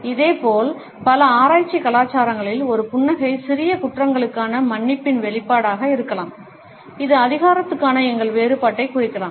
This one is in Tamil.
இதேபோல் பல ஆசிய கலாச்சாரங்களில் ஒரு புன்னகை சிறிய குற்றங்களுக்கான மன்னிப்பின் வெளிப்பாடாக இருக்கலாம் இது அதிகாரத்துக்கான எங்கள் வேறுபாட்டைக் குறிக்கலாம்